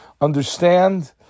understand